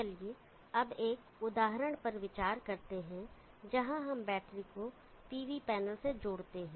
तो चलिए अब एक उदाहरण पर विचार करते हैं जहाँ हम बैटरी को pv पैनल से जोड़ते हैं